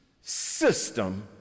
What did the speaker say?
system